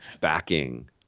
backing